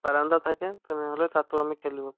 বাৰাণ্ডা থাকে তেনেহ'লে তাতো আমি খেলোঁ